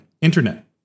internet